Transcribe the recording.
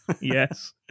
Yes